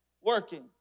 working